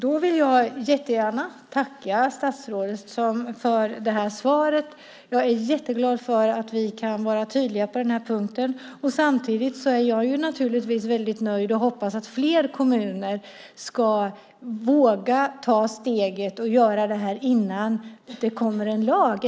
Herr talman! Tack, statsrådet, för svaret! Jag är jätteglad för att vi kan vara tydliga på den här punkten! Samtidigt är jag naturligtvis väldigt nöjd och hoppas att fler kommuner ska våga ta steget och göra detta innan det kommer en lag.